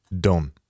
Done